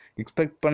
expect